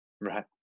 Right